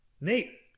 Nate